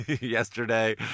yesterday